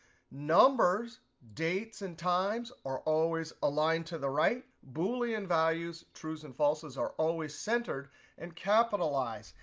numbers, dates and times are always aligned to the right. boolean values, trues and falses, are always centered and capitalized.